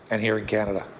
and here in canada.